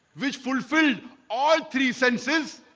which fulfilled all three senses?